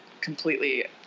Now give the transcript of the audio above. completely